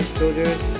soldiers